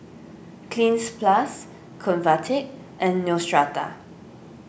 Cleanz Plus Convatec and Neostrata